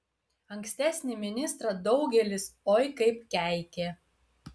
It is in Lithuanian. ankstesnį ministrą daugelis oi kaip keikė